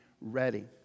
ready